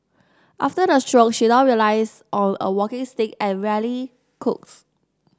after the stroke she now relies on a walking stick and rarely cooks